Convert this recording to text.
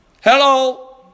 Hello